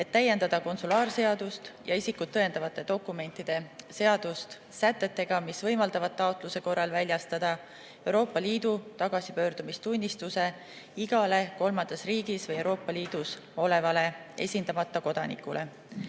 et täiendada konsulaarseadust ja isikut tõendavate dokumentide seadust sätetega, mis võimaldavad taotluse korral väljastada Euroopa Liidu tagasipöördumistunnistuse igale kolmandas riigis või Euroopa Liidus olevale esindamata kodanikule,